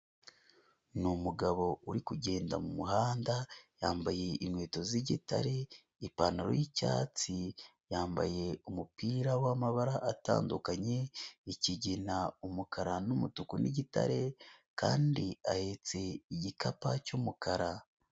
Ni umugabo uri kugenda mu muhanda, yambaye inkweto z'igitare, ipantaro y'icyatsi, yambaye umupira w'amabara atandukanye, ikigina, umukara n'umutuku n'igitare kandi ahetse igikapa cy'umukara.